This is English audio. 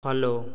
follow